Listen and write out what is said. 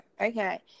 Okay